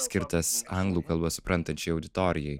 skirtas anglų kalbą suprantančiai auditorijai